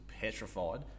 petrified